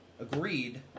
agreed